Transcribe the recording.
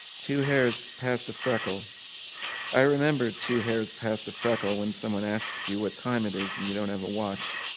two hairs past a freckle i remember two hairs past a freckle when someone asks you what time it is, and you don't have a watch.